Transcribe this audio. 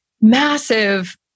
massive